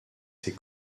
ses